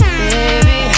baby